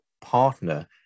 partner